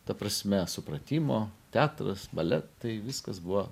ta prasme supratimo teatras baletai viskas buvo